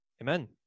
Amen